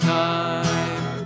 time